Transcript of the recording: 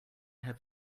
have